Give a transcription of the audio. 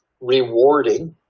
rewarding